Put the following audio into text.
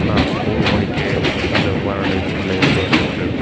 நான் ஒரு மணிக்கே அந்த விமான நிலையத்துக்கு உள்ளே இருக்க வேண்டி இருக்கு